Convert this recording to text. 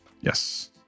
Yes